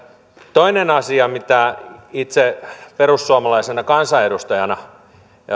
toinen asia mitä itse perussuomalaisena kansanedustajana